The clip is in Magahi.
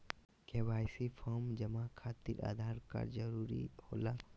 के.वाई.सी फॉर्म जमा खातिर आधार कार्ड जरूरी होला?